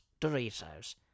Doritos